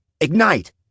Ignite